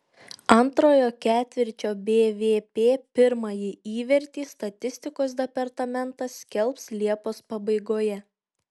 antrojo ketvirčio bvp pirmąjį įvertį statistikos departamentas skelbs liepos pabaigoje